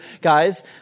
guys